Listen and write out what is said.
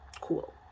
cool